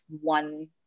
one